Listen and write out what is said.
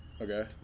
Okay